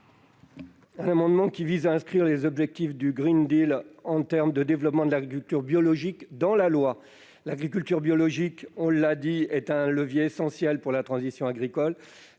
Cet amendement vise à inscrire dans la loi les objectifs du en termes de développement de l'agriculture biologique. L'agriculture biologique, on l'a dit, est un levier essentiel pour la transition agricole.